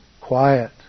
quiet